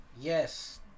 yes